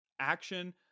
Action